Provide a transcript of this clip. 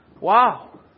Wow